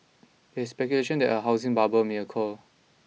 there is speculation that a housing bubble may occur